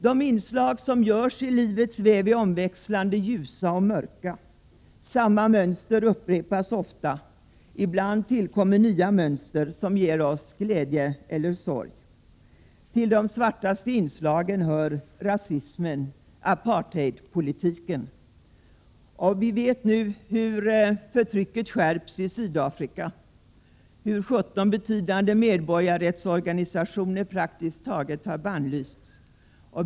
De inslag som görs i livets väv är omväxlande ljusa och mörka. Samma mönster upprepas ofta — ibland tillkommer nya mönster, som ger oss glädje eller sorg. Till de svartaste inslagen hör rasismen, apartheidpolitiken. Nu skärps förtrycket i Sydafrika. Sjutton betydande medborgarrättsorganisationer har praktiskt taget bannlysts.